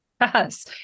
Yes